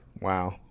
Wow